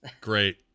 Great